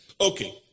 Okay